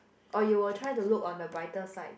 or you will try to look on the brighter side